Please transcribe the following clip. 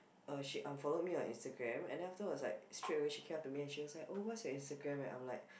uh she unfollowed me on Instagram and then afterwards like straight away she came up to me and she was like oh what's your Instagram and I'm like